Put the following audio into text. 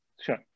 Sure